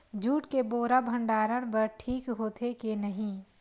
Jute के बोरा भंडारण बर ठीक होथे के नहीं?